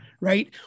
right